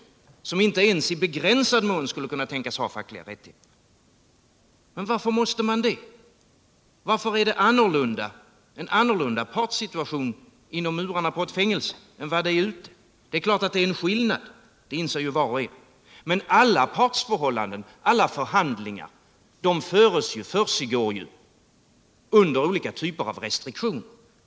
De skall inte ens i begränsad mån kunna tänkas ha fackliga rättigheter. Men varför måste man det? Varför är partssituationen annorlunda innanför murarna på ett fängelse än vad den är ute? Det är klart att det är en skillnad, det inser ju var och en. Men alla partsförhållanden, alla förhandlingar försiggår ju under olika typer av restriktion.